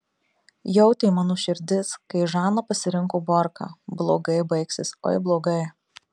jautė mano širdis kai žana pasirinko borką blogai baigsis oi blogai